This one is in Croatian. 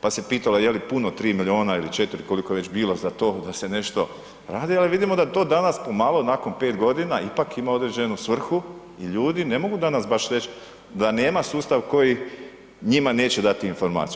pa se pitalo je li puno 3 milijuna ili 4, koliko je već bilo za to da se nešto radi, ali vidimo da to danas pomalo nakon 5 godina ipak ima određenu svrhu i ljudi ne mogu danas baš reći da nema sustav koji njima neće dati informaciju.